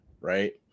Right